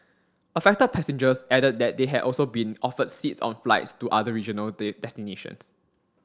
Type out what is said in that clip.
affected passengers added that they had also been offered seats on flights to other regional destinations